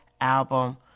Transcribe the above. album